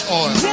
oil